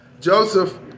Joseph